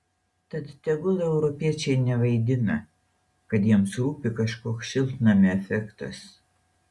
tad tegul europiečiai nevaidina kad jiems rūpi kažkoks šiltnamio efektas